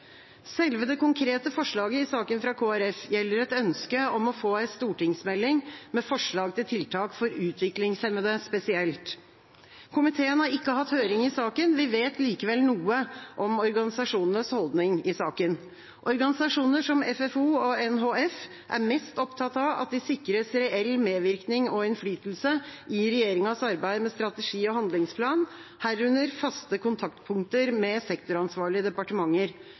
Selve det konkrete forslaget i saken fra Kristelig Folkeparti gjelder et ønske om å få en stortingsmelding med forslag til tiltak for utviklingshemmede spesielt. Komiteen har ikke hatt høring i saken. Vi vet likevel noe om organisasjonenes holdning i saken. Organisasjoner som Funksjonshemmedes Fellesorganisasjon, FFO, og Norges Handikapforbund, NHF, er mest opptatt av at de sikres reell medvirkning og innflytelse i regjeringas arbeid med strategi- og handlingsplan, herunder faste kontaktpunkter med sektoransvarlige departementer.